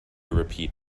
repeat